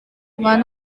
one